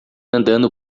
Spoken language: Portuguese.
andando